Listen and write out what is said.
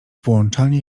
włączanie